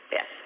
Yes